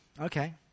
okay